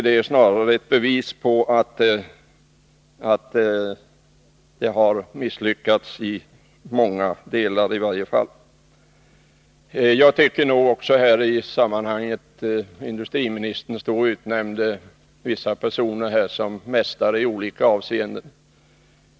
Det är snarare ett bevis på att man har misslyckats, i varje fall i många delar. Industriministern stod och utnämnde vissa personer till mästare i olika avseenden.